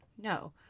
No